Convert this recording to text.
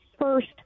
first